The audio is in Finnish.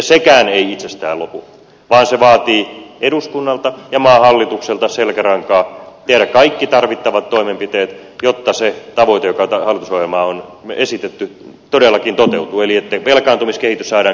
sekään ei itsestään lopu vaan se vaatii eduskunnalta ja maan hallitukselta selkärankaa tehdä kaikki tarvittavat toimenpiteet jotta se tavoite joka hallitusohjelmassa on esitetty todellakin toteutuu eli velkaantumiskehitys saadaan käännettyä alaspäin